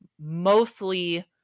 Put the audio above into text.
mostly